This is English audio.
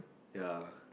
ya